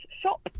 shop